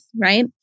right